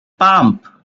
pump